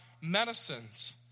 medicines